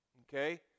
Okay